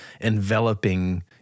enveloping